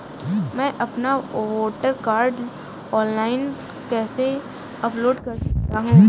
मैं अपना voter card online कैसे अपलोड कर सकता हूँ?